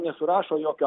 nesurašo jokio